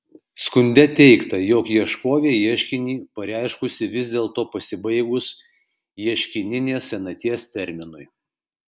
skunde teigta jog ieškovė ieškinį pareiškusi vis dėlto pasibaigus ieškininės senaties terminui